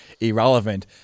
irrelevant